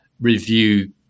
review